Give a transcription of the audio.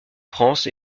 france